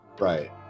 Right